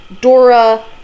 Dora